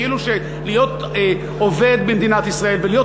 כאילו שלהיות עובד במדינת ישראל ולהיות